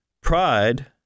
Pride